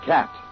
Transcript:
Cat